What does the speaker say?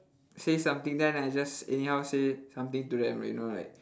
say something then I just anyhow say something to them you know like